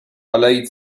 alei